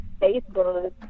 Facebook